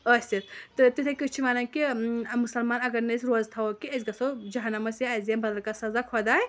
آسِتھ تہٕ تِتھٲے کٲٹھۍ چھِ وَنان کہِ مُسلمان اَگر نہٕ أسۍ روزٕ تھاوو کینٛہہ أسۍ گژھو جہنمَس یا اَسہِ دِ بدل کانٛہہ سَزا خۄداے